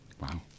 Wow